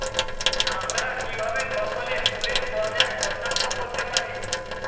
আমরা কিভাবে ফসলে ফুলের পর্যায় সনাক্ত করতে পারি?